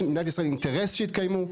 יש למדינת ישראל אינטרס שיתקיימו,